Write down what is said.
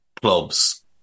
clubs